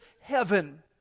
heaven